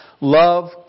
love